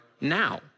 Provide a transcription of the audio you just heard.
now